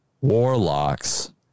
warlocks